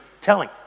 telling